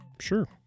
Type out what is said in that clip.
Sure